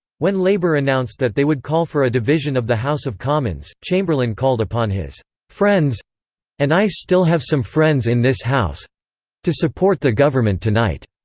when labour announced that they would call for a division of the house of commons, chamberlain called upon his friends and i still have some friends in this house to support the government tonight.